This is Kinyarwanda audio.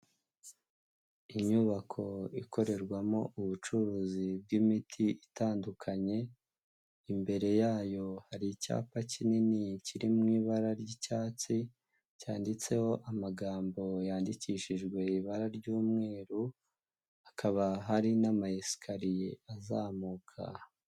Inyubako ikorerwamo ubucuruzi bw'imiti itandukanye, imbere yayo hari icyapa kinini kiri mu ibara ry'icyatsi, cyanditseho amagambo yandikishijwe ibara ry'umweru, akaba hari n'ama esikariye azamuka.